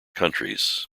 countries